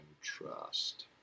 trust